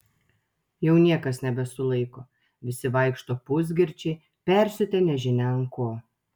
jau niekas nebesulaiko visi vaikšto pusgirčiai persiutę nežinia ant ko